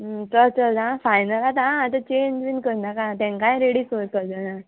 चल चल आं फायनल आतां आतां चेंज बीन करनाका तेंकाय रेडी कर कजनांक